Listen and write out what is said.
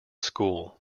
school